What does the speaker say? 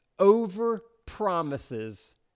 over-promises